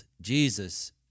Jesus